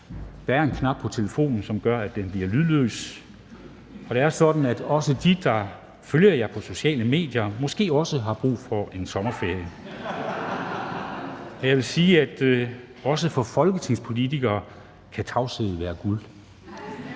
Der er en knap på telefonen, som gør, at den bliver lydløs, og det er sådan, at dem, der følger jer på sociale medier, måske også har brug for en sommerferie. Og jeg vil sige, at også for folketingspolitikere kan tavshed være guld.